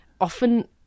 often